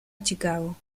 chicago